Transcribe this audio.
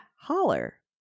Holler